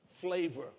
flavor